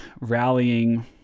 rallying